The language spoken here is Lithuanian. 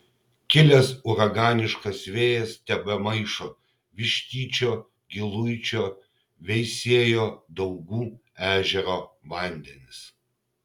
kilęs uraganiškas vėjas tebemaišo vištyčio giluičio veisiejo daugų ežero vandenis